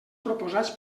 proposats